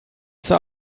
zur